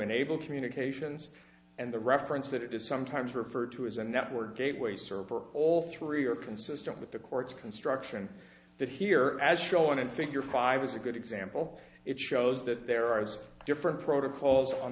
enable communications and the reference that it is sometimes referred to as a network gateway server all three are consistent with the court's construction that here as shown in figure five is a good example it shows that there are as different protocols on